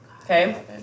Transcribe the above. Okay